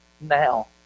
now